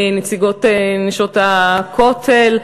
נציגות "נשות הכותל",